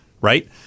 Right